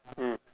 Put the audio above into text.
mm